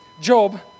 Job